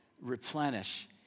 replenish